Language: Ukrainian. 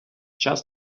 час